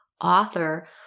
author